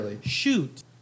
shoot